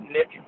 Nick